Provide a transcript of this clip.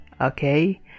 Okay